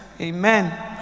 Amen